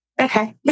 Okay